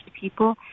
people